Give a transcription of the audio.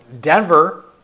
Denver